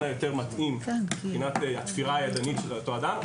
היותר מתאים מבחינת התפירה הידנית של אותו אדם,